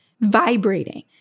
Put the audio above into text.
vibrating